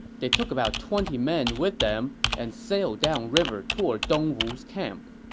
they took about twenty men with them and sailed down river toward dongwu's camp.